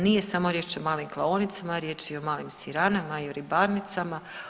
Nije samo riječ o malim klaonicama već je riječ o malim siranama i o ribarnicama.